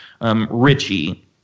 Richie